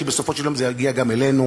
כי בסופו של דבר זה יגיע גם אלינו.